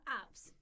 apps